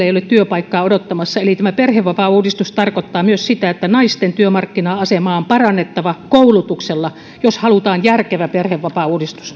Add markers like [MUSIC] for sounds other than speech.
[UNINTELLIGIBLE] ei ole työpaikkaa odottamassa eli tämä perhevapaauudistus tarkoittaa myös sitä että naisten työmarkkina asemaa on parannettava koulutuksella jos halutaan järkevä perhevapaauudistus